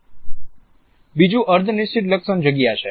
બીજું અર્ધ નિશ્ચિત લક્ષણ જગ્યા છે